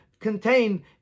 contain